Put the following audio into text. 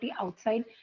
outside